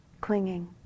clinging